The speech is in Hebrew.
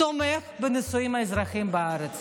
תומכים בנישואין אזרחיים בארץ.